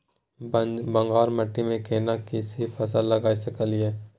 बांगर माटी में केना सी फल लगा सकलिए?